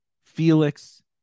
Felix